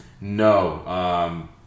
No